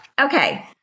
okay